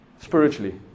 Spiritually